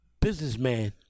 businessman